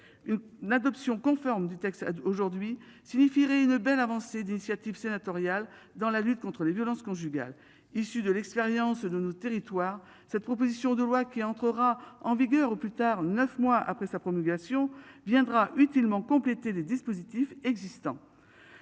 une n'adoption conforme du texte aujourd'hui signifierait une belle avancée d'initiative sénatoriale dans la lutte contre les violences conjugales issu de l'expérience de nos territoires. Cette proposition de loi qui entrera en vigueur au plus tard 9 mois après sa promulgation, viendra utilement compléter les dispositifs existants.